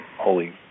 holy